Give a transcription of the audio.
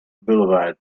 boulevard